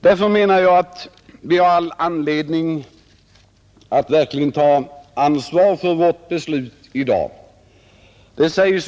Därför menar jag att vi har all anledning att verkligen ta ansvaret för vårt beslut i dag.